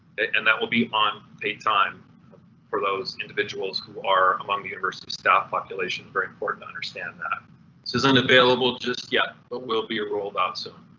and that will be on paid time for those individuals who are among the university staff population, very important to understand. that this isn't available just yet but will be rolled out soon.